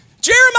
Jeremiah